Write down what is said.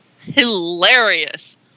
Hilarious